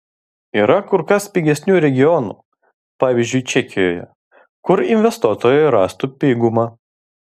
yra kur kas pigesnių regionų pavyzdžiui čekijoje kur investuotojai rastų pigumą